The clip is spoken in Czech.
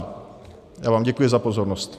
Já vám děkuji za pozornost.